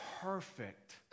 perfect